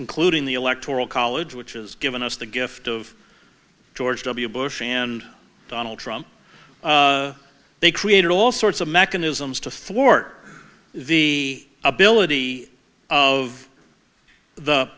including the electoral college which has given us the gift of george w bush and donald trump they created all sorts of mechanisms to thwart the ability of the